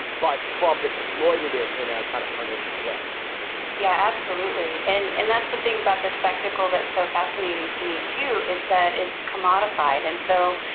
but trump exploited it in a kind of pernicious way yeah, absolutely. and that's the thing about the spectacle that's so fascinating to me, too, is that it's commodified. and so,